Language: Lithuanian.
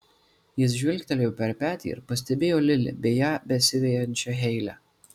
jis žvilgtelėjo per petį ir pastebėjo lili bei ją besivejančią heilę